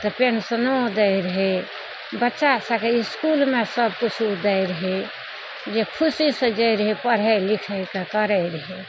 तऽ पेंशनो दै रहै बच्चा सबके इसकुलमे सबकिछु ओ दै रहै जे खुशी सऽ जाय रहै पढ़ै लिखैके करै रहै